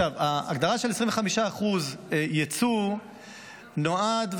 ההגדרה של 25% יצוא נועדה,